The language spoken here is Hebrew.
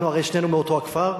אנחנו הרי שנינו מאותו הכפר.